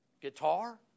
Guitar